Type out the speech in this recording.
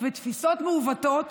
ותפיסות מעוותות